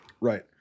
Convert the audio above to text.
Right